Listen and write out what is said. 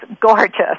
gorgeous